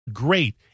great